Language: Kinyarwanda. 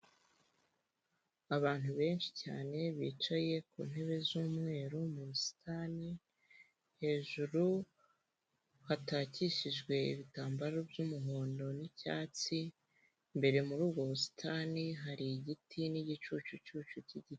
Abantu benshi cyane bicaye ku ntebe z'umweru mu busitani, hejuru hatakishijwe ibitambaro by'umuhondo n'icyatsi, imbere muri ubwo busitani hari igiti n'igicucucucu cy'igiti.